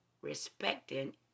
respecting